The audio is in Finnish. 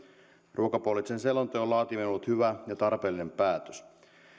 ruokapoliittisen selonteon laatiminen on ollut hyvä ja tarpeellinen päätös